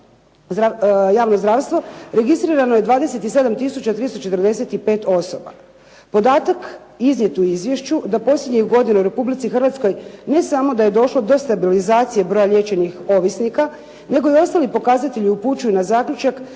registrirano je 27 tisuća 345 osoba. Podatak iznijet u izvješću da posljednjih godina u Republici Hrvatskoj ne samo da je došlo do stabilizacije liječenih ovisnika, nego i ostali pokazatelji upućuju na zaključak